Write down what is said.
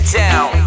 down